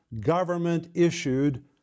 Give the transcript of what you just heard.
government-issued